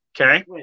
Okay